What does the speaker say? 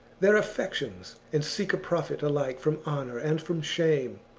their affections, and seek a profit alike from honour and from shame.